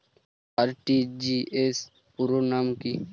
RTGS পুরো নাম কি?